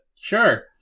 sure